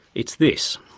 it's this!